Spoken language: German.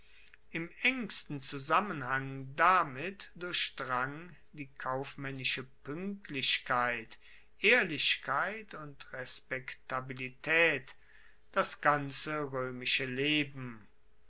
im engsten zusammenhang damit durchdrang die kaufmaennische puenktlichkeit ehrlichkeit und respektabilitaet das ganze roemische leben